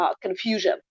confusion